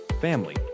family